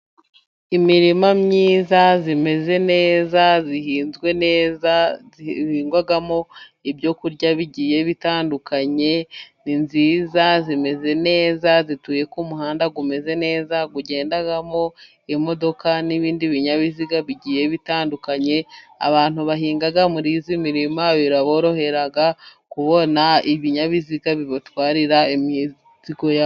Imirima myiza imeze neza ihinzwe neza, ihingwamo ibyokurya bigiye bitandukanye, ni nziza zimeze neza zituye ko umuhanda umeze neza, ugendamo imodoka n'ibindi binyabiziga bigiye bitandukanye, abantu bahinga muri iyi mirima biraborohera kubona ibinyabiziga bibatwarira imizigo.